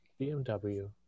BMW